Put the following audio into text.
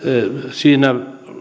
siinä